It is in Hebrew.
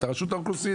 אתה רשות האוכלוסין,